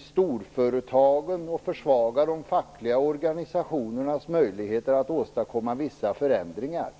storföretagen och försvaga de fackliga organisationernas möjligheter att åstadkomma vissa förändringar.